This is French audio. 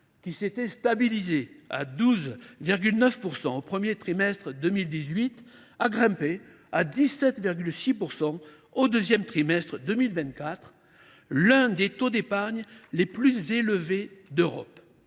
qui s’était stabilisé à 12,9 % au premier trimestre 2018, a grimpé à 17,6 % au deuxième trimestre 2024, l’un des taux d’épargne les plus élevés d’Europe.